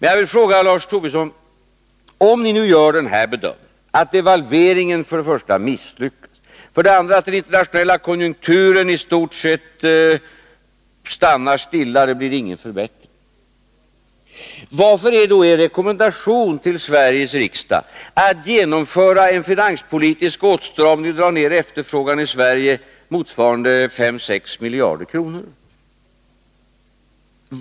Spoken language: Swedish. Jag vill fråga Lars Tobisson: Om ni nu gör den bedömningen att för det första devalveringen misslyckas och för det andra den internationella konjunkturen i stort sett står stilla utan någon förbättring, varför är då er rekommendation till "Sveriges riksdag att genomföra en finanspolitisk åtstramning och dra ner efterfrågan i Sverige motsvarande 5-6 miljarder kronor?